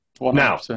Now